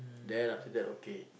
then after that okay